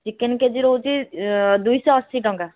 chicken kg ରହୁଛି ଦୁଇଶହଅଶୀ ଟଙ୍କା